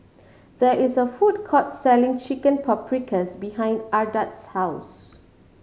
there is a food court selling Chicken Paprikas behind Ardath's house